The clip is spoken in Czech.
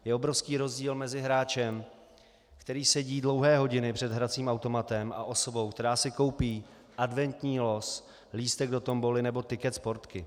Je obrovský rozdíl mezi hráčem, který sedí dlouhé hodiny před hracím automatem, a osobou, která si koupí adventní los, lístek do tomboly nebo tiket Sportky.